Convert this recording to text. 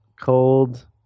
cold